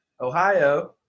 Ohio